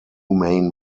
main